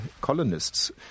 colonists